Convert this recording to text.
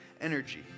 energy